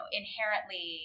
inherently